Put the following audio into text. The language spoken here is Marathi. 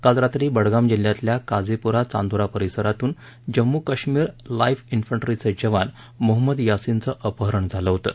काल रात्री बडगाम जिल्ह्यातल्या काजीपुरा चांदुरा परिसरातून जम्मू काश्मीर लाईट केन्ट्रीचे जवान मोहम्मद यासिनचं अपहरण झालं होतं